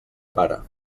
pare